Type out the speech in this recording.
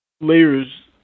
layers